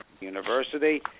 University